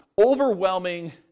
overwhelming